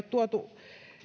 tuotu